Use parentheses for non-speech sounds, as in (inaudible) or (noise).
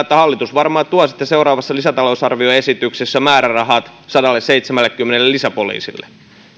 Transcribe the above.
(unintelligible) että hallitus varmaan tuo sitten seuraavassa lisätalousarvioesityksessä määrärahat sadalleseitsemällekymmenelle lisäpoliisille